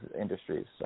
industries